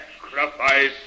sacrifice